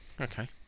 Okay